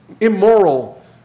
immoral